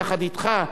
יחד אתך,